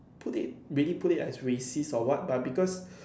put it really put it as racist or what but because